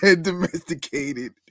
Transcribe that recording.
Domesticated